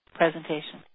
presentation